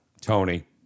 Tony